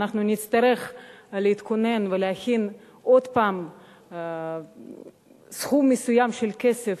ואנחנו נצטרך להתכונן ולהכין עוד פעם סכום מסוים של כסף,